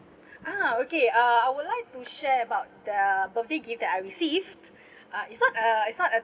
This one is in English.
ah okay uh I would like to share about the birthday gift that I received uh it's not a it's not a